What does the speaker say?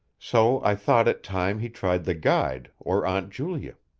so i thought it time he tried the guide or aunt julia.